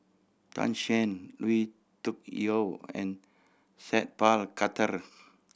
Tan Shen Lui Tuck Yew and Sat Pal Khattar